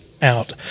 out